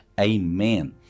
Amen